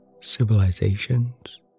civilizations